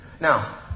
Now